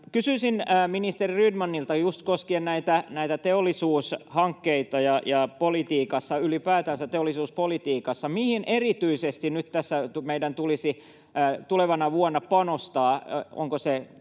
Kysyisin ministeri Rydmanilta just koskien näitä teollisuushankkeita. Politiikassa ylipäätänsä, teollisuuspolitiikassa, mihin erityisesti nyt tässä meidän tulisi tulevana vuonna panostaa?